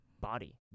body